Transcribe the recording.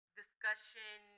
discussion